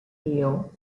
deal